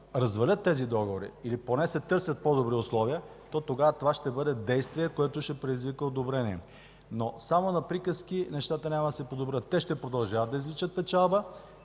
развалят или поне се търсят по добри условия, то тогава това ще бъде действие, което ще предизвика одобрение, но само на приказки нещата няма да се подобрят. Те ще продължават да извличат печалба,